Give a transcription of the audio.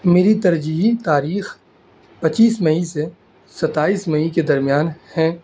میری ترجیحی تاریخ پچیس مئی سے ستائیس مئی کے درمیان ہیں